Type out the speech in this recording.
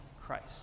Christ